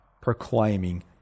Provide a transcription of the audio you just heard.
proclaiming